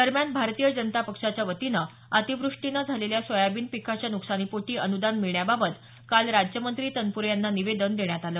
दरम्यान भारतीय जनता पक्षाच्या वतीनं अतिवृष्टीने झालेल्या सोयाबीन पिकाच्या नुकसानीपोटी अनुदान मिळण्याबाबत काल राज्यमंत्री तनप्रे यांना निवेदन देण्यात आल